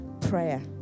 prayer